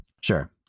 Sure